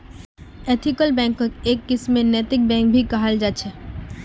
ethical बैंकक् एक किस्मेर नैतिक बैंक भी कहाल जा छे